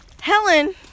Helen